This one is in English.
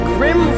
Grim